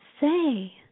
Say